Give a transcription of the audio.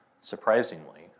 surprisingly